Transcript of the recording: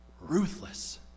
ruthless